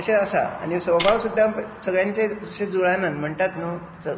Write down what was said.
अशें आसा आनी स्वभाव सुद्दां सगळ्यांचे अशे जूळनात म्हणटात न्हू